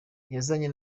kwifatanya